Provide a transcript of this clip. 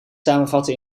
samenvatten